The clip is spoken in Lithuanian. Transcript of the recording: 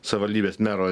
savivaldybės mero